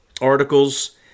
articles